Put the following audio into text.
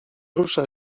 rusza